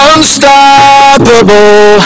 Unstoppable